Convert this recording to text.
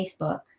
Facebook